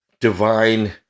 divine